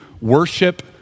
worship